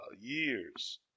years